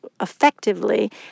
effectively